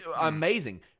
amazing